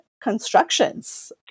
constructions